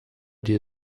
die